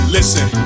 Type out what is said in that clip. Listen